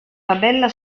tabella